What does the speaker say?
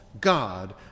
God